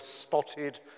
spotted